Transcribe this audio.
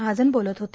महाजन बोलत होते